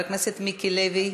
חבר הכנסת מיקי לוי,